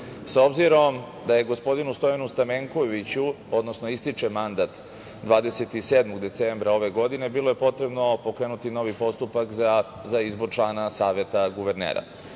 funkciju. Obzirom da gospodinu Stojanu Stamenkoviću ističe mandat 27. decembra ove godine bilo je potrebno pokrenuti novi postupak za izbor člana Saveta guvernera.